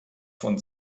von